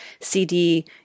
CD